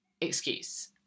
excuse